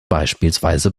beispielsweise